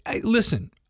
Listen